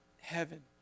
Heaven